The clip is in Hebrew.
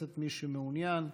עמאר (ישראל ביתנו): 4 יאיר גולן (המחנה